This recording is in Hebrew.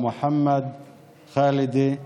מוחמד חאלדי,